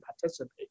participate